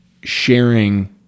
sharing